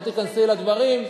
שלא תיכנסי לי לדברים,